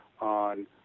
on